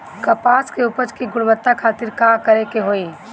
कपास के उपज की गुणवत्ता खातिर का करेके होई?